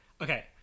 Okay